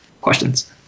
questions